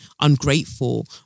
ungrateful